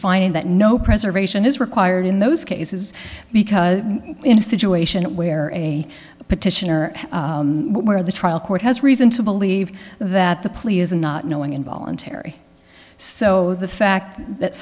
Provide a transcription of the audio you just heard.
finding that no preservation is required in those cases because the situation where a petitioner where the trial court has reason to believe that the plea is not knowing involuntary so the fact that